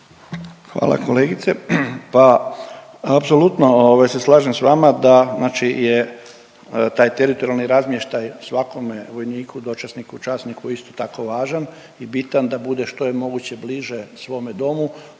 Hvala kolegice. Pa apsolutno ovaj, se slažem s vama da znači je taj teritorijalni razmještaj svakome vojniku, dočasniku, časniku je isto tako važan i bitan da bude što je moguće bliže svome domu,